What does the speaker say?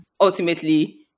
ultimately